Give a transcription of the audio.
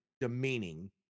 demeaning